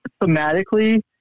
thematically